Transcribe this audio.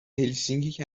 هلسینکی